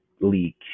leak